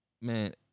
man